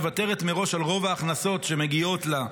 מוותרת מראש על רוב ההכנסות שמגיעות לה,